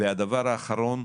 והדבר האחרון,